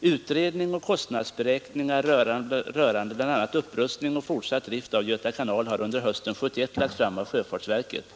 ”Utredning och kostnadsberäkningar rörande bl.a. upprustning och fortsatt drift av Göta kanal har under hösten 1971 lagts fram av 3 sjöfartsverket.